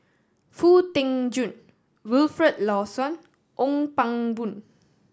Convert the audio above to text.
Foo Tee Jun Wilfed Lawson Ong Pang Boon